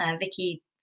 vicky